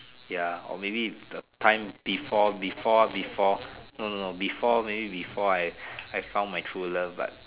ya or maybe the time before before before no no no before maybe before I I found my true love but